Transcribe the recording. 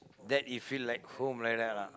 that it feel like home like that lah